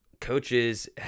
coaches